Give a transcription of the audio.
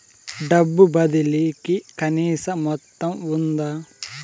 డబ్బు బదిలీ కి కనీస మొత్తం ఉందా?